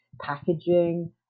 packaging